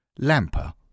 Lamper